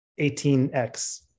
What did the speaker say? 18x